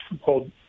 hold